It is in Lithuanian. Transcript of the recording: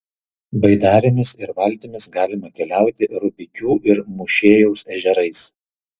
baidarėmis ir valtimis galima keliauti rubikių ir mūšėjaus ežerais